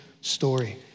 story